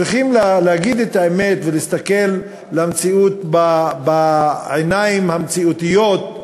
צריכים להגיד את האמת ולהסתכל למציאות בעיניים המציאותיות,